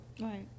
Right